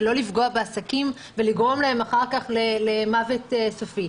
לא לפגוע בעסקים ולגרום להם אחר כך למוות סופי.